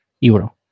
euro